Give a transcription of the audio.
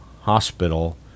Hospital